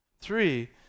Three